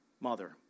mother